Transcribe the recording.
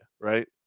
right